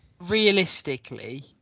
realistically